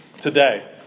today